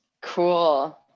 cool